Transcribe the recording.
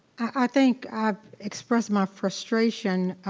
i think i've expressed my frustration